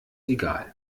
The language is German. egal